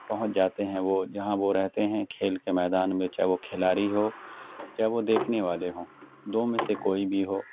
پہنچ جاتے ہیں وہ جہاں وہ رہتے ہیں کھیل کے میدان میں چاہے وہ کھلاڑی ہو چاہے وہ دیکھنے والے ہوں دو میں سے کوئی بھی ہو